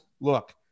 look